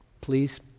Please